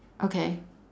okay